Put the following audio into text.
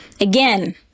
again